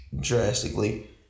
Drastically